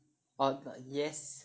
orh yes